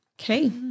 okay